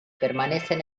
permanecen